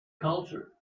culture